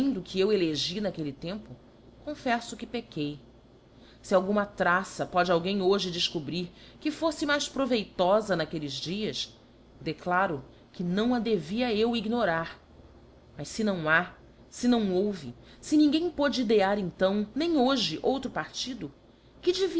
que eu elegi n aquelle tempo confeffo que pequei se alguma traça pode alguém hoje defcobrir que fofle mais proveitofa n'aquelles dias declaro que não a devia eu ignorar mas fe não ha fe não houve fe ninguém pôde idear então nem hoje outro partido que